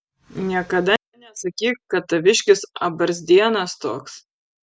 niekada nesakyk kad taviškis abarzdienas toks